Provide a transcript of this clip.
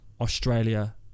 australia